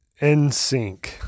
NSYNC